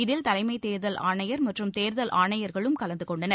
இதில் தலைமை தேர்தல் ஆணையர் மற்றும் தேர்தல் ஆணையர்களும் கலந்து கொண்டனர்